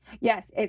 Yes